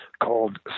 called